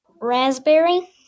Raspberry